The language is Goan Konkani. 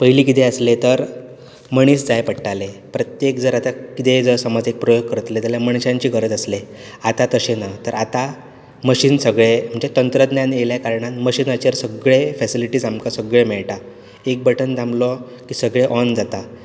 पयलीं कितें आसलें तर मनीस जाय पडटाले प्रत्येक जर आतां कितेंय जर समज एक प्रयोग करतले जाल्यार मनशांची गरज आसले आतां तशें ना तर आतां मशीन सगळें म्हणजे तंत्रज्ञान येल्या कारणान मशिनाचेर सगळे फॅसिलिटीज आमकां सगळें मेळटा एक बटन दामलो की सगळें ऑन जाता